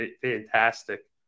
fantastic